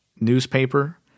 newspaper